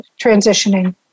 transitioning